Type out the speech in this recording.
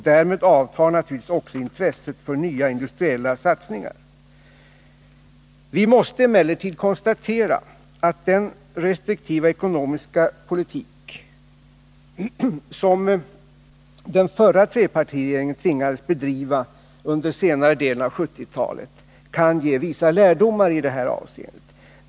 Därmed avtar naturligtvis också intresset för nya industriella satsningar. Vi måste konstatera att den restriktiva ekonomiska politik som den förra trepartiregeringen tvingades bedriva under senare delen av 1970-talet kan ge vissa lärdomar i detta avseende.